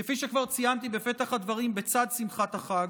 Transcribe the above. כפי שכבר ציינתי בפתח הדברים, בצד שמחת החג,